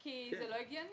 כי זה לא הגיוני.